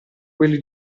quelli